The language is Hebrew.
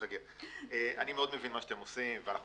אני מבין מאוד את מה שאתם עושים ואנחנו